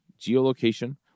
geolocation